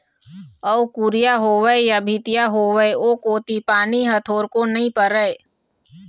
अउ कुरिया होवय या भीतिया होवय ओ कोती पानी ह थोरको नइ परय